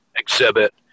exhibit